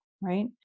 right